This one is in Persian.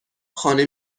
خانه